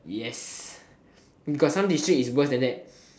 yes got some district is worse than that